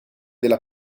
della